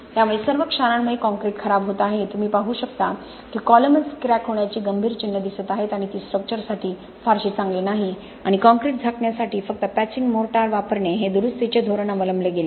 त्यामुळे सर्व क्षारामुळे काँक्रीट खराब होत आहे तुम्ही पाहू शकता की कॉलम च क्रॅक होण्याची गंभीर चिन्हे दिसत आहेत आणि ती स्ट्रक्चर साठी फारशी चांगली नाही आणि काँक्रीट झाकण्यासाठी फक्त पॅचिंग मोर्टार वापरणे हे दुरूस्तीचे धोरण अवलंबले गेले